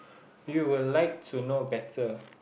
we will like to know better